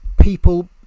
people